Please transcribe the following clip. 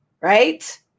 right